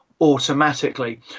automatically